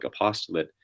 apostolate